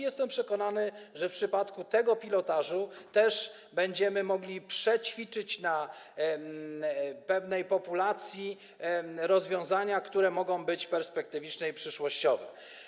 Jestem przekonany, że w przypadku tego pilotażu też będziemy mogli przećwiczyć na pewnej populacji rozwiązania, które mogą być perspektywiczne i przyszłościowe.